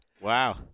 Wow